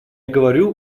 говорю